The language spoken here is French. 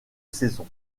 saison